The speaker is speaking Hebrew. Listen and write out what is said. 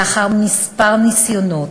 לאחר כמה ניסיונות,